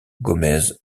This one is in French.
gómez